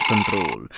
Control